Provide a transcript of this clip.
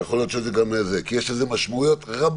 זאת אומרת שזה עוד לא נכנס לתוקף כי יש לזה משמעויות רבות,